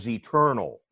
eternal